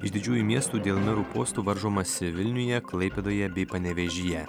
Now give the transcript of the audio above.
iš didžiųjų miestų dėl merų postų varžomasi vilniuje klaipėdoje bei panevėžyje